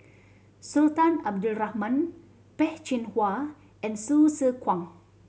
Sultan Abdul Rahman Peh Chin Hua and Hsu Tse Kwang